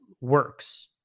works